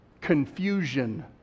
Confusion